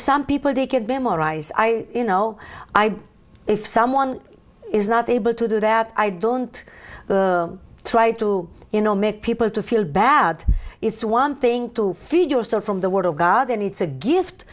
some people they can bear more eyes i you know i do if someone is not able to do that i don't try to you know make people to feel bad it's one thing to feed yourself from the word of god and it's a gift